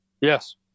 Yes